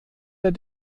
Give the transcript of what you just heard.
der